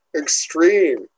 extreme